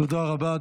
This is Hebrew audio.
תודה רבה.